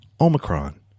Omicron